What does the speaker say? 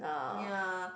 ya